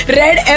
red